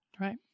Right